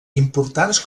importants